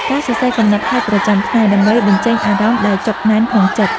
ការសរសេរកំណត់ហេតុប្រចាំថ្ងៃ ដើម្បីបញ្ចេញអារម្មណ៍ដែលចុកណែនក្នុងចិត្ត។